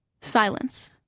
Silence